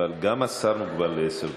אבל גם השר מוגבל לעשר דקות,